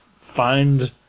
find